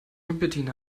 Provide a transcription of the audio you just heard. bettina